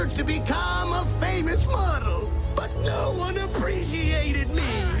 to become a famous model but no one appreciated me